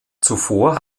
zuvor